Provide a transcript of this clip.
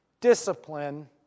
discipline